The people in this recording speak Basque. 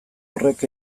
horrek